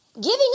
Giving